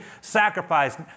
sacrifice